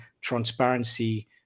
transparency